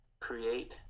create